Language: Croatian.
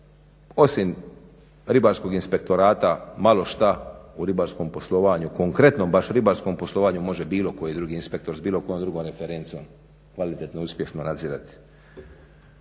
osim Ribarskog inspektorata malo što u ribarskom poslovanju konkretno baš ribarskom poslovanju može bilo koji drugi inspektor s bilo kojom drugom referencom kvalitetno, uspješno nadzirati.